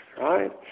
right